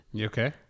okay